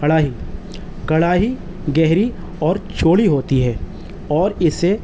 کڑھائی کڑھائی گہری اور چوڑی ہوتی ہے اور اسے